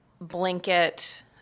blanket